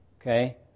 okay